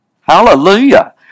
Hallelujah